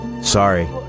Sorry